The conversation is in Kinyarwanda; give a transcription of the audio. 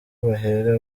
bahera